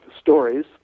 stories